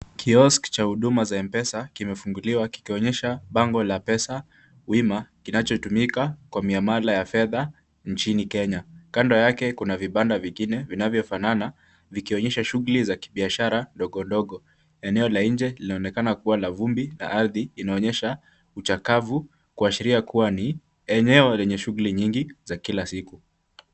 Kiosk cha huduma za m_pesa kimefunguliwa kikionyesha bango la pesa wima kinachotumika kwa miamala ya fedha nchini Kenya. Kando yake kuna vibanda vingine vinavyofanana vikionyesha shughuli za kibiashara ndogo ndogo. Eneo la nje linaonekana kuwa la vumbi na ardhi inaonyesha uchakavu kuashiria kuwa ni eneo lenye shughuli nyingi za kila siku.